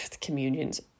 communions